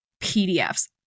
PDFs